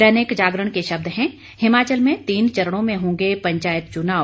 दैनिक जागरण के शब्द हैं हिमाचल में तीन चरणों में होंगे पंचायत चुनाव